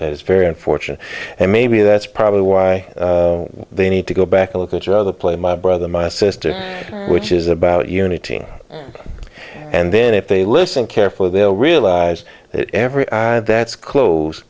that is very unfortunate and maybe that's probably why they need to go back and look at each other play my brother my sister which is about unity and then if they listen carefully they'll realize that every that's close